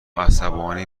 عصبانی